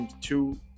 two